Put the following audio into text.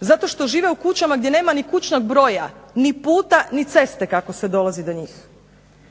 zato što žive u kućama gdje nema ni kućnog broja, ni puta, ni ceste kako se dolazi do njih,